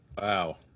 wow